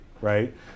right